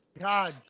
God